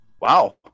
Wow